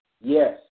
yes